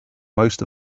most